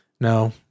No